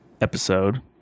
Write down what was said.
episode